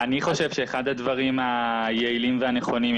חושב שאחד הדברים היעילים והנכונים,